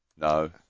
No